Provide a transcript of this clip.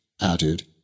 added